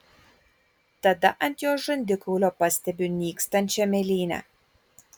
tada ant jo žandikaulio pastebiu nykstančią mėlynę